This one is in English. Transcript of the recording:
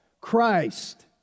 Christ